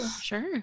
sure